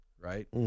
right